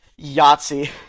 Yahtzee